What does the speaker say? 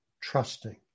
Trusting